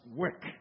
work